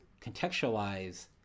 contextualize